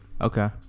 Okay